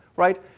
right.